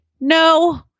no